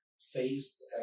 faced